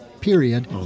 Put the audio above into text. period